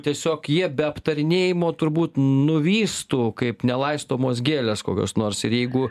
tiesiog jie be aptarinėjimo turbūt nuvystų kaip nelaistomos gėlės kokios nors ir jeigu